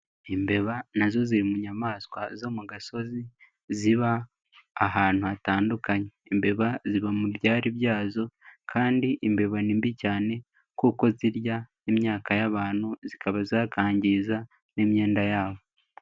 Imbeba nazo ziri mu nyamaswa zo mu gasozi, ziba ahantu hatandukanye, imbeba ziba mu byare byazo kandi imbeba ni mbi cyane kuko zirya imyaka y'abantu, zikaba zakangiza n'imyenda yabo.